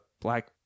black